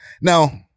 Now